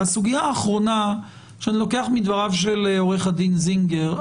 והסוגיה האחרונה שאני לוקח מדבריו של עורך דין זינגר.